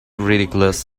ridiculous